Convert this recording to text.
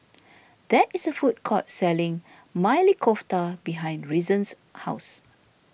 there is a food court selling Maili Kofta behind Reason's house